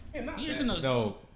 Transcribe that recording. No